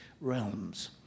realms